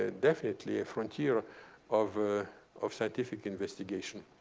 ah definitely a frontier of ah of scientific investigation.